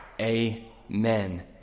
amen